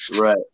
Right